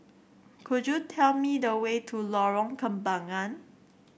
could you tell me the way to Lorong Kembangan